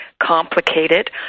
complicated